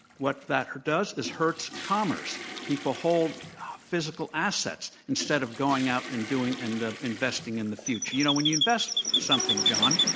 what that does is hurts commerce. people hold physical assets instead of going out, and doing, and ah investing in the future. you know, when you invest something, john,